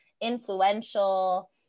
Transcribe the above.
influential